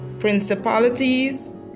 principalities